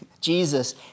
Jesus